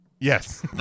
yes